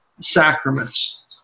sacraments